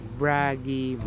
braggy